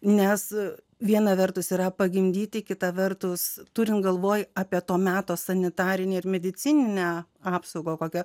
nes viena vertus yra pagimdyti kita vertus turint galvoje apie to meto sanitarinę ir medicininę apsaugą